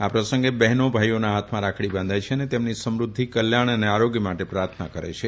આ પ્રસંગે બહેનો ભાઈઓના હાથમાં રાખડી બાંધે છે અને તેમની સમૃઘ્ય કલ્યાણ અને આરોગ્ય માટે પ્રાર્થના કરે છે